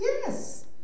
yes